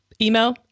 email